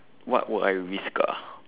what would I risk ah